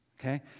okay